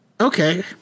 okay